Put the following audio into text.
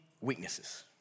weaknesses